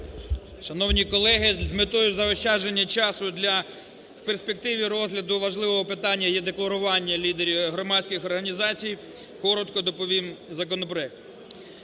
Шановні колеги, з метою заощадження часу для в перспективі розгляду важливого питання е-декларування громадських організацій, коротко доповім законопроект.